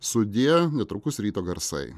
sudie netrukus ryto garsai